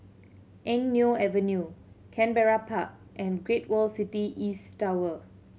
Eng Neo Avenue Canberra Park and Great World City East Tower